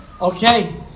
Okay